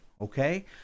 okay